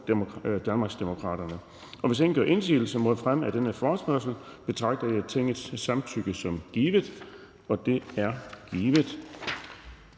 Bonnesen): Hvis ingen gør indsigelse mod fremme af denne forespørgsel, betragter jeg Tingets samtykke som givet. Det er givet.